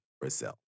Brazil